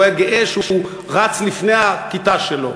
והוא היה גאה שהוא רץ לפני הכיתה שלו.